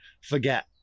Forget